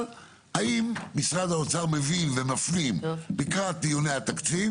האם משרד האוצר מבין ומפנים לקראת דיוני התקציב